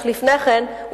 אך לפני כן,